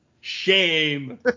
Shame